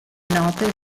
note